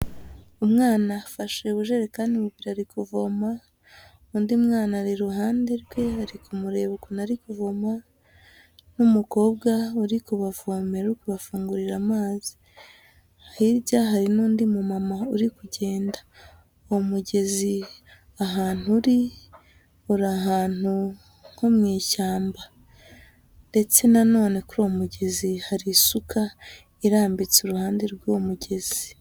Umwana afashe ubujerekani kuvoma bubiri ari kuvoma, undi mwana ari iruhande rwe ari kumureba ukuntu ari kuvoma n'umukobwa uri kubavomera uri kubafungurira amazi, hirya hari n'undi mumama uri kugenda, umugezi ahantu uri, uri ahantu nko mu ishyamba ndetse na none kuri uwo mugezi hari isuka irambitse iruhande rw'uwo mugezi.